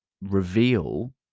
reveal